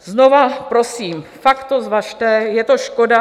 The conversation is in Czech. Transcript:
Znova prosím, fakt to zvažte, je to škoda.